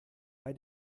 bei